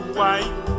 white